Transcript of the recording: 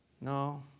No